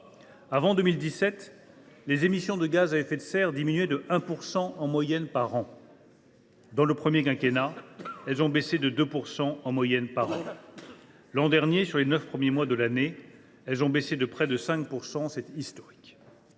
Avant 2017, les émissions de gaz à effet de serre diminuaient de 1 % en moyenne par an. Pendant le premier quinquennat, elles ont baissé de 2 % en moyenne par an. L’an dernier, sur les neuf premiers mois de l’année, elles ont baissé de près de 5 %. C’est historique